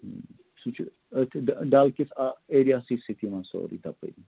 سُہ چھِ أتھۍ ڈَل کِس آ ایریاہَسٕے سۭتۍ یِوان سورٕے تَپٲری